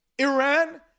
Iran